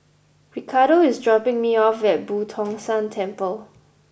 Ricardo is dropping me off at Boo Tong San Temple